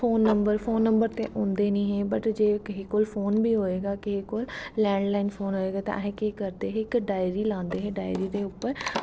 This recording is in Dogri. फोन नंबर ते होंदे नी हे बट जे कोई फोन बी होंदा हा इक लैडलाईन फोन होंदा हा ते अस इक डायरी लैंदे हे ते डायरी दे उप्पर